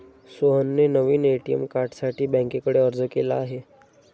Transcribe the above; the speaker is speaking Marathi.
सोहनने नवीन ए.टी.एम कार्डसाठी बँकेकडे अर्ज केला आहे